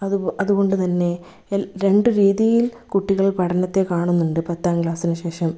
അതുകൊണ്ടുതന്നെ രണ്ടുരീതിയിൽ കുട്ടികൾ പഠനത്തെ കാണുന്നുണ്ട് പത്താം ക്ലാസിനുശേഷം